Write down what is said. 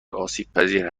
آسیبپذیر